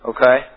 Okay